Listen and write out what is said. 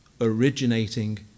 originating